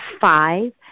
five